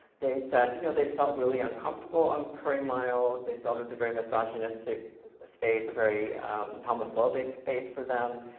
they said, you know they felt really uncomfortable on curry mile. they felt it was a very misogynistic space, a very homophobic space for them.